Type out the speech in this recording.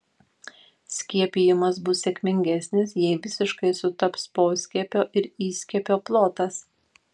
skiepijimas bus sėkmingesnis jei visiškai sutaps poskiepio ir įskiepio plotas